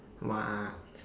what